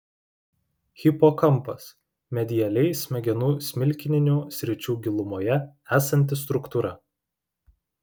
hipokampas medialiai smegenų smilkininių sričių gilumoje esanti struktūra